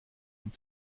und